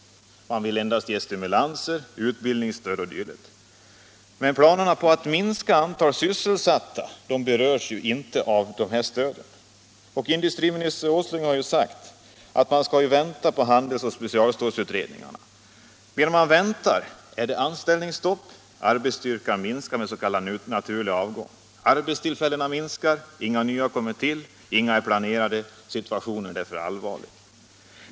Man vill endast ge stimulanser, utbildningsstöd o. d. Men planerna på att minska antalet sysselsatta berörs ju inte av de här stödåtgärderna. Och industriminister Åsling har ju sagt att man skall vänta på handelsoch specialstålsutredningarna. Medan man väntar är det anställningsstopp. Arbetsstyrkan minskar med s.k. naturlig avgång. Arbetstillfällena minskar i antal, inga nya kommer till och inga är planerade. Situationen är allvarlig.